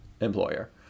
...employer